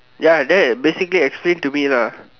ya that basically explain to me lah